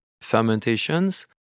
fermentations